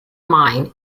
mine